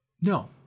No